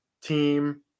team